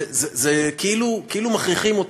כאילו מכריחים אותי.